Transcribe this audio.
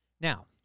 Now